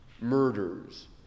murders